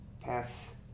pass